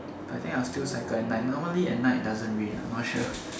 I think I'll still cycle at night normally at night doesn't rain lah not sure